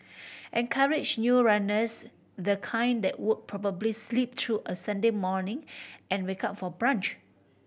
encourage new runners the kind that would probably sleep through a Sunday morning and wake up for brunch